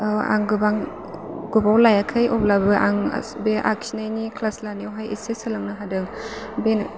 आं गोबां गोबाव लायाखै अब्लाबो आं बे आखिनायनि क्लास लानायावहाय एसे सोलोंनो हादों बे